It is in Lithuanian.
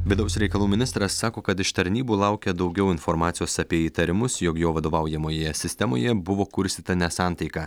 vidaus reikalų ministras sako kad iš tarnybų laukia daugiau informacijos apie įtarimus jog jo vadovaujamoje sistemoje buvo kurstyta nesantaika